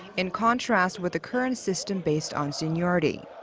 in contrast with the current system based on seniority.